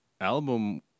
album